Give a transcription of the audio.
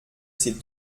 ces